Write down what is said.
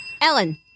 Ellen